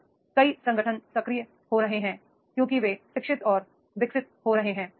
अब कई संगठन सक्रिय हो रहे हैं क्योंकि वे शिक्षित और विकसित हो रहे हैं